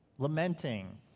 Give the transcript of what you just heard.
lamenting